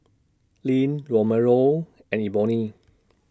Lynn Romello and Eboni